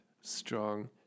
strong